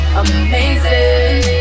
amazing